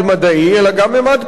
אלא גם ממד פוליטי,